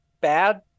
bad